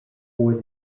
for